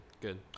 good